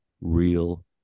real